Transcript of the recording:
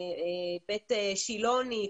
בית שילוני,